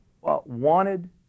wanted